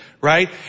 Right